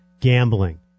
Gambling